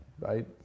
right